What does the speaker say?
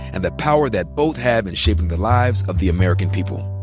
and the power that both have in shaping the lives of the american people.